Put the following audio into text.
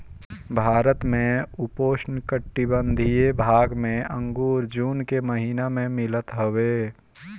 भारत के उपोष्णकटिबंधीय भाग में अंगूर जून के महिना में मिलत हवे